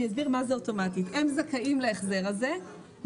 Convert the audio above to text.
אסביר מה זה אוטומטית: הם זכאים להחזר הזה,